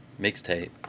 mixtape